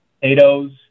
potatoes